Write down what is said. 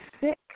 sick